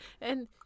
And-